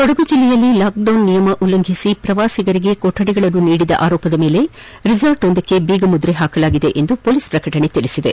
ಕೊಡಗು ಜಿಲ್ಲೆಯಲ್ಲಿ ಲಾಕ್ಡೌನ್ ನಿಯಮ ಉಲ್ಲಂಘಿಸಿ ಪ್ರವಾಸಿಗರಿಗೆ ಕೊಠಡಿಗಳನ್ನು ನೀಡಿದ ಆರೋಪದ ಮೇಲೆ ರೆಸಾರ್ಟ್ವೊಂದಕ್ಕೆ ಬೀಗಮುದ್ರೆ ಹಾಕಲಾಗಿದೆ ಎಂದು ಮೊಲೀಸ್ ಪ್ರಕಟಣೆ ತಿಳಿಸಿದೆ